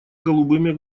голубыми